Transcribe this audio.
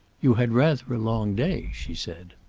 you had rather a long day, she said.